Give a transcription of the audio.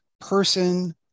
person